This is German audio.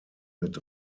mit